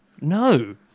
No